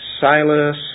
Silas